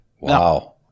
Wow